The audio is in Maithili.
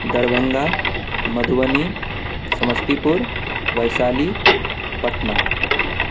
दरभङ्गा मधुबनी समस्तीपुर वैशाली पटना